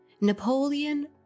Napoleon